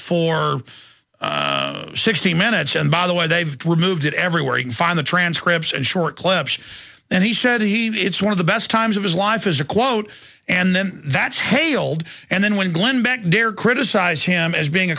for sixty minutes and by the way they've removed it everywhere you can find the transcripts and short clips and he said he it's one of the best times of his life is a quote and then that's held and then when glenn beck dare criticize him as being